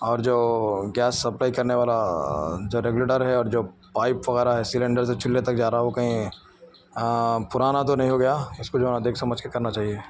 اور جو گیس صفائی کرنے والا جو ریگولیٹر ہے اور جو پائپ وغیرہ ہے سیلنڈر سے چولہے تک جا رہا وہ کہیں پرانا تو نہیں ہو گیا اس کو جو ہے نا دیکھ سمجھ کے کرنا چاہیے